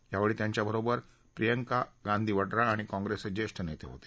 यावेळी त्यांच्याबरोबर प्रियंका गांधी वड्रा आणि काँप्रेसचे ज्येष्ठ नेते होते